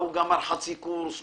ההוא גמר חצי קורס,